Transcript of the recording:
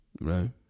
Right